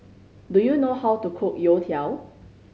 do you know how to cook youtiao